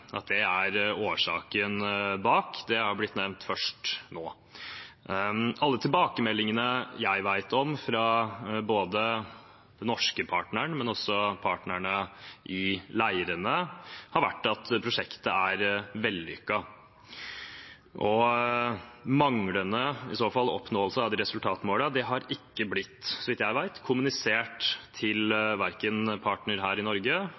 det har blitt nevnt først nå. Alle tilbakemeldingene jeg vet om fra både den norske partneren og partnerne i leirene, har vært at prosjektet er vellykket. Manglende – i så fall – oppnåelse av resultatmålene har så vidt jeg vet, ikke blitt kommunisert til verken partner her i Norge